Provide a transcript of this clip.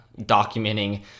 documenting